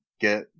Get